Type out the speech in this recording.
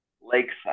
Lakeside